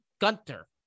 Gunter